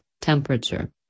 temperature